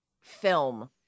film